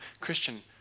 Christian